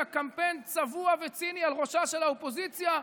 קמפיין צבוע וציני על ראשה של האופוזיציה: